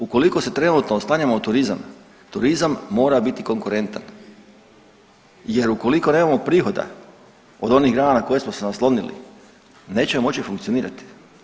Ukoliko se trenutno oslanjamo na turizam, turizam mora biti konkurentan jer ukoliko nemamo prihoda od onih grana na koje smo se naslonili nećemo moći funkcionirati.